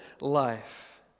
life